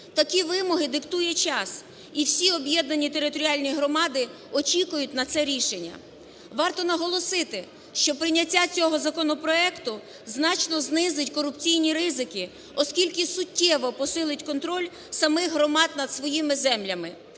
Такі вимоги диктує час. І всі об'єднані територіальні громади очікують на це рішення. Варто наголосити, що прийняття цього законопроекту значно знизить корупційні ризики, оскільки суттєво посилить контроль самих громад над своїми землями.